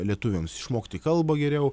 lietuviams išmokti kalbą geriau